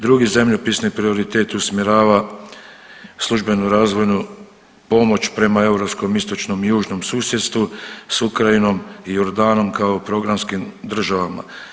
Drugi zemljopisni prioritet usmjerava službenu razvojnu pomoć prema europskom istočnom i južnom susjedstvu s Ukrajinom i Jordanom kao programskim državama.